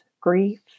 grief